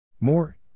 More